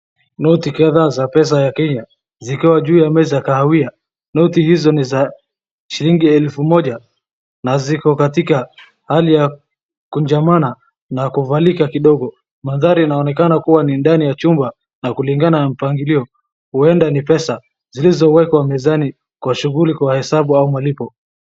Noti kadhaa za pesa ya Kenya zikiwa juu ya meza kahawia. Noti hizo ni za shilingi elfu moja na ziko katika hali ya kunjamana na kuvalika kidogo. Mandhari inaonekana kuwa ni ndani ya chumba na kulingana na mpangilio ueda ni pesa zilizowekwa mezani kwa shughuli kwa mahesabu au malipo.